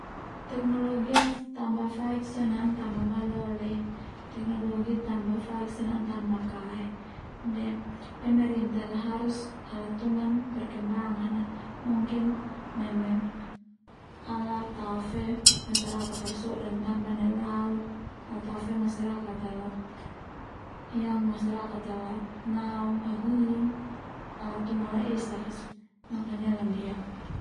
Teknologi ia tamba faik sone ana tambah malole teknologi ia tamba faik sone ana tambah kae, de pemerintah ialah harus ala tungan perkembangan a mungkin neme ala tao fe masyarakat so'dan tambah nelauk ala tao fe masyarakat ala yang masyarakat al nanau hahin ala tunga laiesak as makanya londiak.